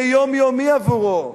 זה יומיומי עבורו.